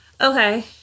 Okay